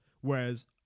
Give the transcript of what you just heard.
Whereas